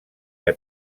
que